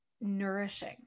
nourishing